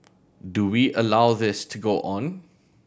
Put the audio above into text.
do we allow this to go on